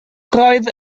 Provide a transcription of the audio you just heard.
roedd